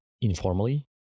informally